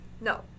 No